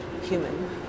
human